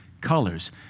colors